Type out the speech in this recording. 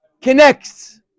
connects